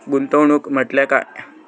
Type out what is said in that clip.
गुंतवणूक म्हटल्या काय?